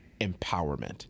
empowerment